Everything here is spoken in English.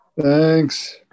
Thanks